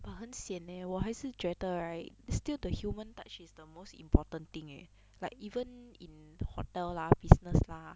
but 很 sian leh 我还是觉得 right still the human touch is the most important thing eh like even in hotel lah business lah